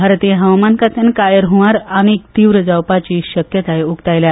भारतीय हवामान खात्यान काय हंवार आनीक खर जावपाची शक्यताय उकतायल्या